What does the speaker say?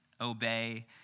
obey